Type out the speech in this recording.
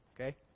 okay